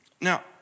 Now